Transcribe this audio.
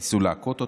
ניסו להכות אותה.